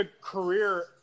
career